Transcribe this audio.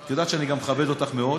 את יודעת שאני גם מכבד אותך מאוד,